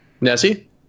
Nessie